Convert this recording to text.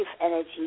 energy